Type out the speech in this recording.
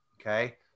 Okay